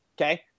okay